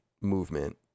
movement